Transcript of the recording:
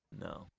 no